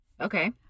Okay